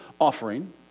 offering